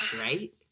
right